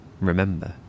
remember